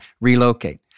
relocate